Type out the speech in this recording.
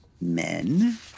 Men